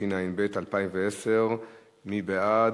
התשע"ב 2012. מי בעד?